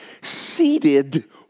seated